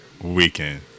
Weekend